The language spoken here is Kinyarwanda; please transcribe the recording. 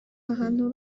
ahantu